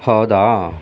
ಹೌದಾ